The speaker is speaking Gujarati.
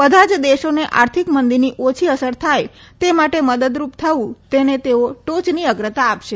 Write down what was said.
બધા જ દેશોને આર્થિક મંદીની ઓછી અસર થાય તે માટે મદદરૂપ થવુ તેને તેઓ ટોચની અગ્રતા આપશે